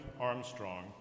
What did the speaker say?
Armstrong